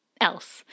else